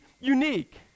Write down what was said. unique